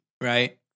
right